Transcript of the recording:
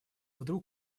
вдруг